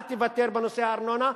אל תוותר בנושא הארנונה,